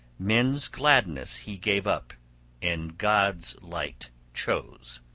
men's gladness he gave up and god's light chose.